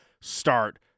start